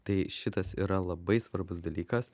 tai šitas yra labai svarbus dalykas